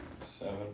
Seven